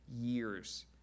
years